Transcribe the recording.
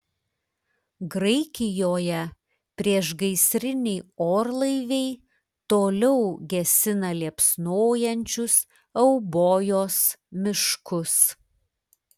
graikijoje priešgaisriniai orlaiviai toliau gesina liepsnojančius eubojos miškus